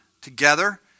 together